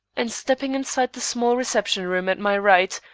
and stepping inside the small reception room at my right,